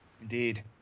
Indeed